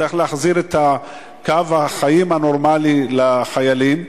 צריך להחזיר את קו החיים הנורמלי לחיילים,